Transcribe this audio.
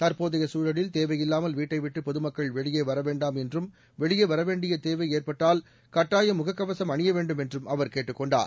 தற்போதைய சூழலில் தேவையில்லாமல் வீட்டை விட்டு பொதுமக்கள் வெளியே வர வேண்டாம் என்றும் வெளியே வரவேண்டிய தேவை ஏற்பட்டால் கட்டாயம் முகக்கவசம் அணிய வேண்டும் என்றும் அவர் கேட்டுக் கொண்டார்